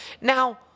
Now